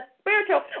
spiritual